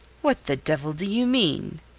what the devil do you mean?